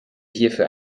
hierfür